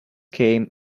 came